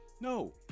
no